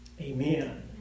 Amen